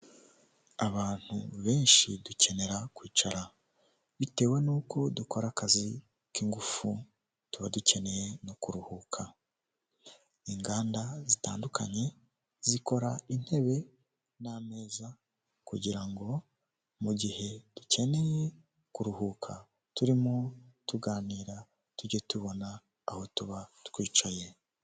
Abantu benshi dukenera kwicara, bitewe n'uko dukora akazi k'ingufu tuba dukeneye no kuruhuka, inganda zitandukanye zikora intebe n'ameza, kugira mugihe dukeneye kuruhuka turimo tuganira, tujye tubona aho tuba twicaye.